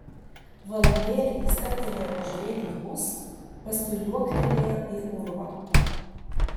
valandėlę jis stabtelėjo pažiūrėti į mus paskui liuoktelėjo į urvą